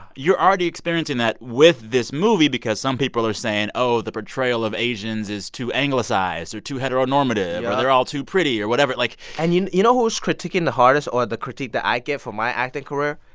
you're already experiencing that with this movie because some people are saying, oh, the portrayal of asians is too anglicized or too hetero-normative. yup. or they're all too pretty or whatever like. and you you know who's critiquing the hardest, or the critique that i get for my acting career?